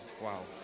wow